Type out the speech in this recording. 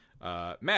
Matt